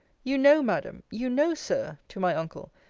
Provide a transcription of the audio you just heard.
you know, madam, you know, sir, to my uncle,